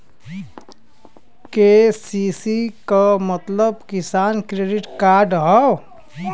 KCC क मतलब किसान क्रेडिट कार्ड हौ